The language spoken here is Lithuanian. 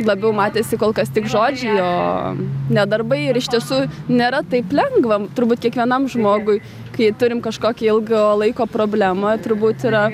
labiau matėsi kol kas tik žodžiai o ne darbai ir iš tiesų nėra taip lengva turbūt kiekvienam žmogui kai turim kažkokį ilgo laiko problemą turbūt yra